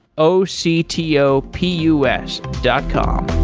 o c t o p u s dot com